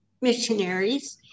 missionaries